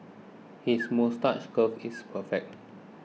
his moustache curl is perfect